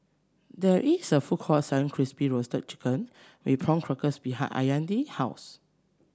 there is a food court selling Crispy Roasted Chicken with Prawn Crackers behind Illya's house